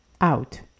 out